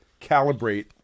calibrate